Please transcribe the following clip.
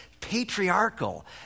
patriarchal